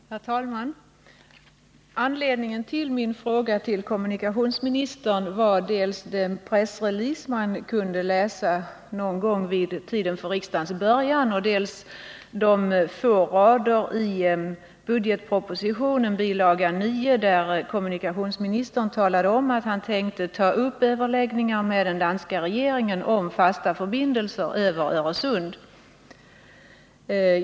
Herr talman! Anledningen till min fråga till kommunikationsministern var dels en pressrelease som man kunde läsa ungefär vid tiden för riksdagens början, dels de få rader i budgetpropositionen, bil. 9, där kommunikationsministern talade om att han tänkte ta upp överläggningar med den danska regeringen om fasta förbindelser över Öresund.